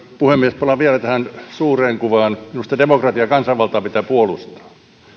puhemies palaan vielä tähän suureen kuvaan minusta demokratiaa kansanvaltaa pitää puolustaa